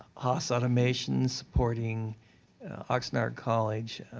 ah us automations supporting oxnard college.